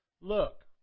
Look